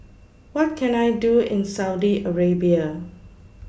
What Can I Do in Saudi Arabia